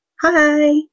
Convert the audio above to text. Hi